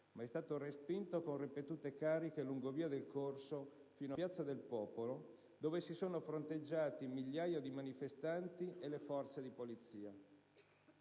ma è stato respinto con ripetute cariche lungo via del Corso fino a piazza del Popolo, dove si sono fronteggiati migliaia di manifestanti e le forze di polizia.